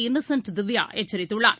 Innocent திவ்யாஎச்சரித்துள்ளார்